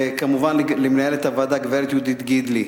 כמובן, למנהלת הוועדה, גברת יהודית גידלי,